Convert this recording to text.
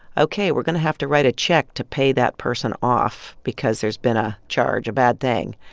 ok, we're going to have to write a check to pay that person off because there's been a charge, a bad thing,